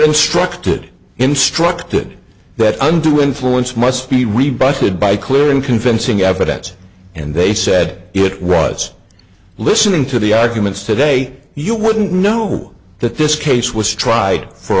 instructed instructed that undue influence must be rebuffed would by clear and convincing evidence and they said it was listening to the arguments today you wouldn't know that this case was tried for